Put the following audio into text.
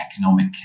economic